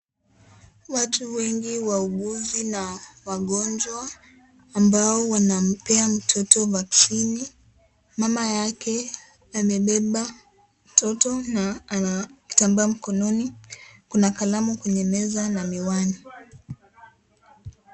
Watu wengi wauguzi na wagonjwa ambao wanampea mtoto vaccini mama yake amebeba mtoto na ana kitambaa mkononi, kuna kalamu kwenye meza na miwani.